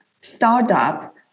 startup